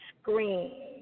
screen